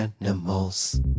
animals